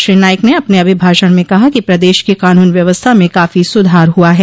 श्री नाईक ने अपने अभिभाषण में कहा कि प्रदेश की कानून व्यवस्था में काफो सुधार हुआ है